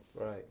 Right